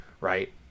right